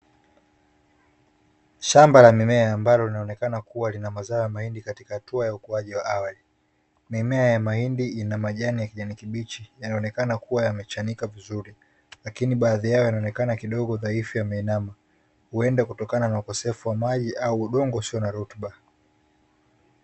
Shamba la mimea ambalo linaonekana kuwa lina mahindi katika hatua ya ukuaji wa awali; mimea ya mahindi ina majani ya kijani kibichi, yanaonekana yamechanika vizuri, lakini baadhi yao yanaonekana kidogo dhaifu, yameinama, huenda kutokana na ukosefu wa maji au udongo usio na rutuba.